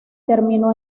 terminó